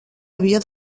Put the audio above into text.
havia